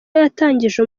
yatangije